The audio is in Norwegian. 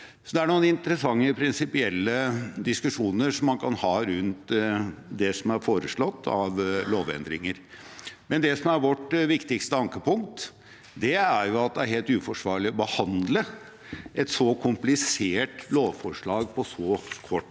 det er noen interessante prinsipielle diskusjoner som man kan ha rundt det som er foreslått av lovendringer. Men det som er vårt viktigste ankepunkt, er at det er helt uforsvarlig å behandle et så komplisert lovforslag på så kort